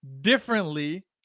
differently